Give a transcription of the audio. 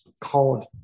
called